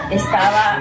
estaba